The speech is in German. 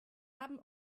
haben